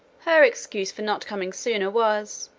her excuse for not coming sooner, was,